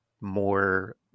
more